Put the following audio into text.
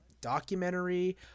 documentary